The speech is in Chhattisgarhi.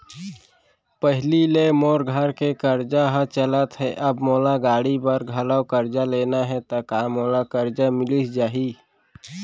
पहिली ले मोर घर के करजा ह चलत हे, अब मोला गाड़ी बर घलव करजा लेना हे ता का मोला करजा मिलिस जाही?